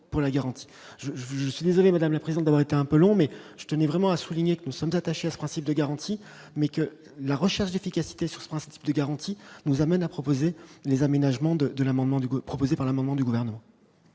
je suis désolé madame la prison d'avoir été un peu long mais je tenais vraiment à souligner que nous sommes attachés à ce principe de garantie, mais que la recherche d'efficacité sur ce principe de garantie, nous amène à proposer des aménagements de de l'amendement du goût